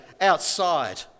outside